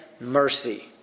mercy